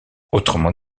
autrement